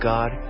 God